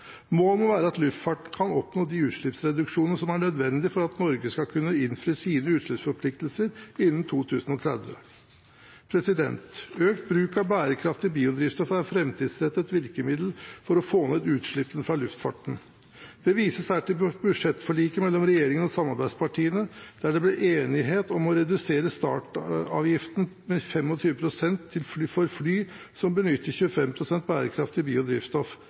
Målet må være at luftfarten kan oppnå de utslippsreduksjonene som er nødvendige for at Norge skal kunne innfri sine utslippsforpliktelser innen 2030. Økt bruk av bærekraftig biodrivstoff er et framtidsrettet virkemiddel for å få ned utslippene fra luftfarten. Det vises her til budsjettforliket mellom regjeringen og samarbeidspartiene, der det ble enighet om å redusere startavgiften med 25 pst. for fly som benytter 25 pst. bærekraftig biodrivstoff,